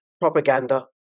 propaganda